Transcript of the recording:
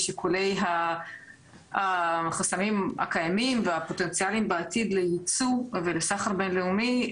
משיקולי החסמים הקיימים והפוטנציאליים בעתיד לייצור ולסחר בינלאומי,